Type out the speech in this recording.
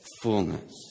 fullness